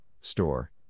store